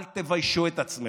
אל תביישו את עצמכם.